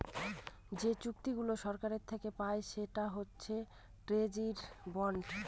যে চুক্তিগুলা সরকার থাকে পায় সেটা হচ্ছে ট্রেজারি বন্ড